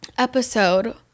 episode